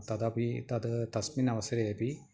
तदपि तत् तस्मिन् अवसरे अपि